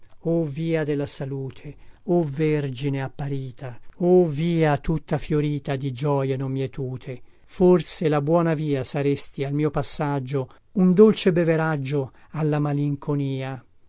o via della salute o vergine apparita o via tutta fiorita di gioie non mietute forse la buona via saresti al mio passaggio un dolce beveraggio alla malinconia